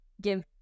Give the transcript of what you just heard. give